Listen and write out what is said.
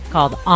called